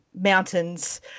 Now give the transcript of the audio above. mountains